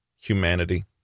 Humanity